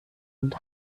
und